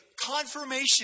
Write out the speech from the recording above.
confirmation